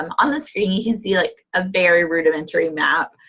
um on the screen, you can see like a very rudimentary map.